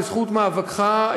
בזכות מאבקך,